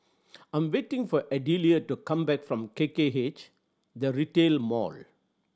I 'm waiting for Adelia to come back from K K H The Retail Mall